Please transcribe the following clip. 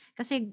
kasi